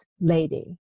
lady